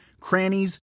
crannies